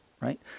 right